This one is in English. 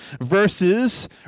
versus